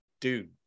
dude